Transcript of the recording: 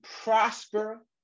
prosper